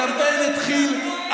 הקמפיין התחיל.